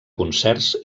concerts